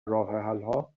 راهحلها